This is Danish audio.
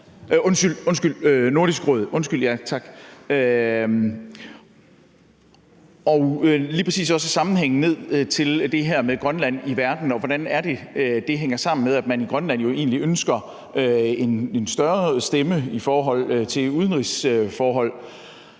i Nordisk Råd. Der er lige præcis også en sammenhæng ned til det her med Grønland i verden, og hvordan det hænger sammen med, at man i Grønland jo egentlig ønsker en større stemme i udenrigsforhold.